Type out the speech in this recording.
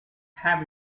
have